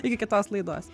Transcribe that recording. iki kitos laidos